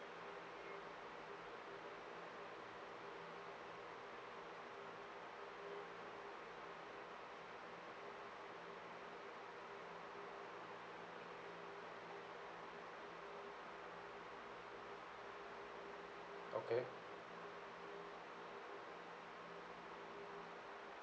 okay